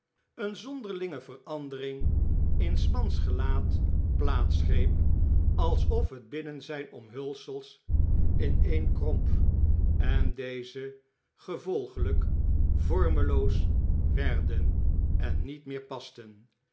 een zonderlinge verandering in s mans gelaat plaats greep alsof het binnenzynomhulselsineenkromp en deze gevolgelijk vormeloos werden en niet meer pasten